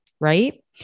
Right